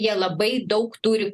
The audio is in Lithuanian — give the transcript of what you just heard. jie labai daug turi